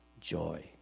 joy